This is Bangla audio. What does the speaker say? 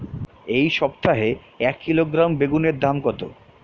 এই সপ্তাহে এক কিলোগ্রাম বেগুন এর দাম কত?